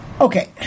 Okay